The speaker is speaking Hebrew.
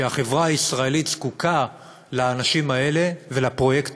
שהחברה הישראלית זקוקה לאנשים האלה ולפרויקט